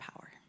power